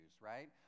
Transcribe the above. right